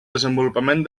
desenvolupament